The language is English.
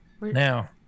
Now